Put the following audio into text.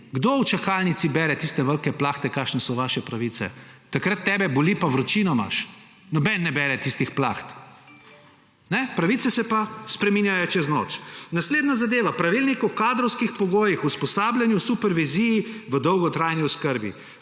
Kdo v čakalnici bere tiste velike plahte, kakšne so vaše pravice?! Takrat tebe boli pa vročino imaš. Noben ne bere tistih plaht. Pravice se pa spreminjajo čez noč. Naslednja zadeva, pravilnik o kadrovskih pogojih, usposabljanju, superviziji v dolgotrajni oskrbi.